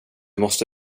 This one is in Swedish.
måste